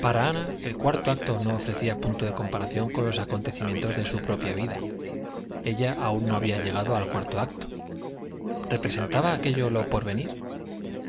ana el cuarto acto no ofrecía punto de comparación con los acontecimientos de su propia vida ella aún no había llegado al cuarto acto representaba aquello lo porvenir